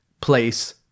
place